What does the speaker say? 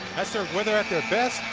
that's when they're at their best.